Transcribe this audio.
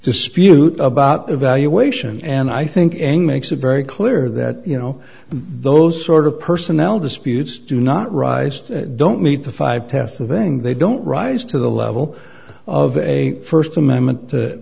dispute about evaluation and i think and makes it very clear that you know those sort of personnel disputes do not rise don't meet the five tests of thing they don't rise to the level of a first amendment